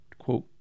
quote